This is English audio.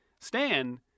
Stan